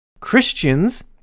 Christians